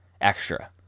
extra